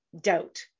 doubt